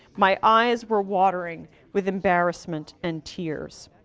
my eyes were watering with embarrassment and tears.